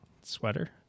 Sweater